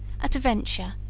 at a venture,